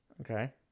Okay